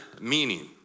meaning